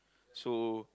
so